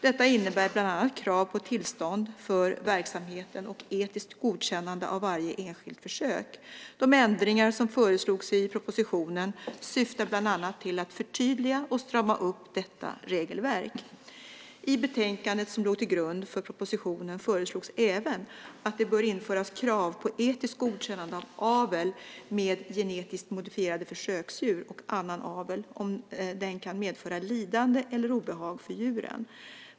Detta innebär bland annat krav på tillstånd för verksamheten och etiskt godkännande av varje enskilt försök. De ändringar som föreslogs i propositionen syftar bland annat till att förtydliga och strama upp detta regelverk. I betänkandet som låg till grund för propositionen föreslogs även att det bör införas krav på etiskt godkännande av avel med genetiskt modifierade försöksdjur och annan avel om den kan medföra lidande eller obehag för djuren.